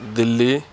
Delhi